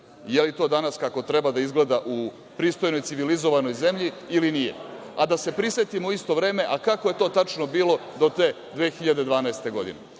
li je to danas kako treba da izgleda u pristojnoj, civilizovanoj zemlji ili nije. A da se prisetimo u isto vreme, a kako je to tačno bilo do te 2012. godine.